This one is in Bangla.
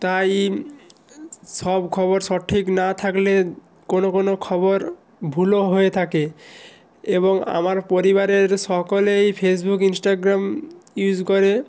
তাই সব খবর সঠিক না থাকলে কোনো কোনো খবর ভুলও হয়ে থাকে এবং আমার পরিবারের সকলেই ফেসবুক ইন্সটাগ্রাম ইউস করে